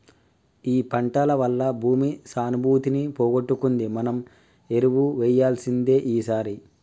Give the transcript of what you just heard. ఈ పంటల వల్ల భూమి సానుభూతిని పోగొట్టుకుంది మనం ఎరువు వేయాల్సిందే ఈసారి